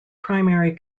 primary